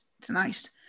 tonight